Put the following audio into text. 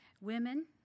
Women